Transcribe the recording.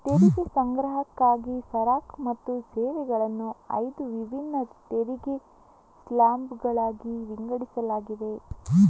ತೆರಿಗೆ ಸಂಗ್ರಹಕ್ಕಾಗಿ ಸರಕು ಮತ್ತು ಸೇವೆಗಳನ್ನು ಐದು ವಿಭಿನ್ನ ತೆರಿಗೆ ಸ್ಲ್ಯಾಬುಗಳಾಗಿ ವಿಂಗಡಿಸಲಾಗಿದೆ